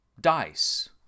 dice